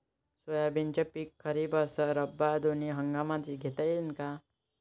सोयाबीनचं पिक खरीप अस रब्बी दोनी हंगामात घेता येईन का?